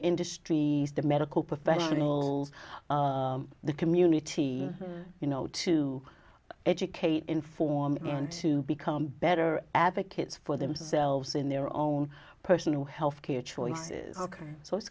industry the medical professionals the community you know to educate inform and to become better advocates for themselves in their own personal health care choices so it's